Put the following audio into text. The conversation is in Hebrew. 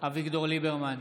אביגדור ליברמן,